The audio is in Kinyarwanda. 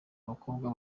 abakobwa